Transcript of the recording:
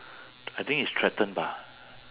I think it's threaten bah